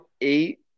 eight